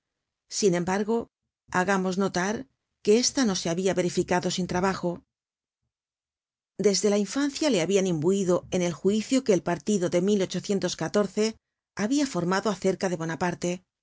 sin embargo hagamos notar que esta no se habia verificado sin trabajo desde la infancia le habian imbuido en el juicio que el partido de habia formado acerca de bonaparte